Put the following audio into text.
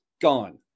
gone